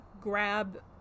grab